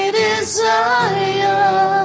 desire